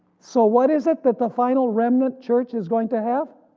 so what is it that the final remnant church is going to have?